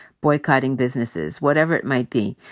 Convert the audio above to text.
boycotting businesses, whatever it might be.